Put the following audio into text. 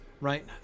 Right